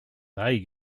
they